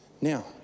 Now